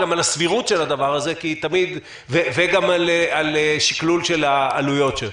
גם על הסבירות של הדבר הזה וגם על שכלול של העלויות שלו.